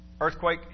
earthquake